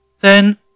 Then